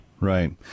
Right